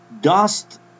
dust